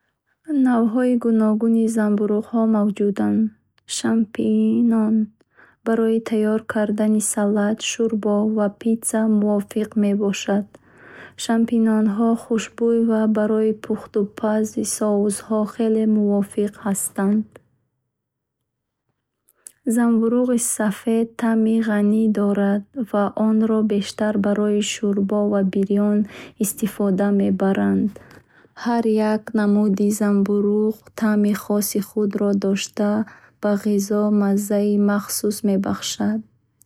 Навъҳои гуногуни занбурӯғҳо мавҷуданд. Шампиньон нарм аст ва таъми шадид надорад. Барои тайёр кардани салат, шӯрбо ва пицца мувофиқ мебошад. Портабелло калон ва гӯштибаҳ буда, барои бирён кардан ва пур кардани дохилиаш бо масолеҳ беҳтарин аст. Шампиньонҳо хушбӯй ва барои пухтупазу соусҳо хеле мувофиқ аст. Занбурӯғи сафед таъми ғанӣ дорад ва онро бештар барои шӯрбо ва бирён истифода мебаранд. Ҳар як намуди занбурӯғ таъми хоси худро дошта, ба ғизо маззаи махсус мебахш.